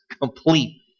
complete